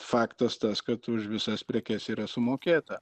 faktas tas kad už visas prekes yra sumokėta